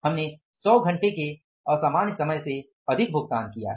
हमने 100 घंटे के असामान्य समय से अधिक भुगतान किया है